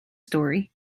story